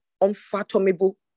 unfathomable